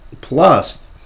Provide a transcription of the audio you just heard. Plus